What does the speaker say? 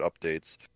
updates